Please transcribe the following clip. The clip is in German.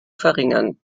verringern